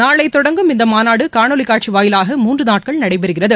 நாளை தொடங்கும் இந்த மாநாடு காணொலி காட்சி வாயிலாக மூன்று நாட்கள் நடைபெறுகிறது